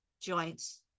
joints